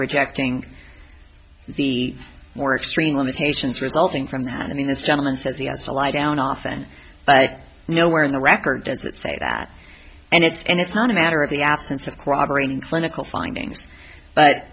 rejecting the more extreme limitations resulting from having this gentleman says he has to lie down often but nowhere in the record as it say that and it's and it's not a matter of the absence of cooperate in clinical findings but